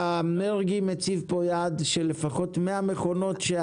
מרגי מציב פה יעד של לפחות 100 מכונות.